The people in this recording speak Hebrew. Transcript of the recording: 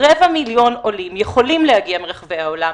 רבע מיליון עולים יכולים להגיע מרחבי העולם,